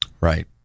Right